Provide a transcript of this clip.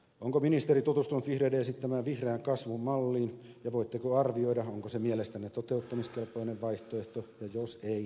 onko ministeri tutustunut vihreiden esittämään vihreän kasvun malliin ja voitteko arvioida onko se mielestänne toteuttamiskelpoinen vaihtoehto ja jos ei niin miksi ei olisi